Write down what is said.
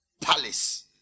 palace